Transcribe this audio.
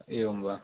एवं वा